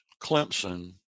Clemson